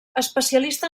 especialista